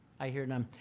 i hear none.